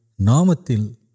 namatil